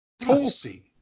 Tulsi